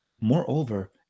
Moreover